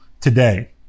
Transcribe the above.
today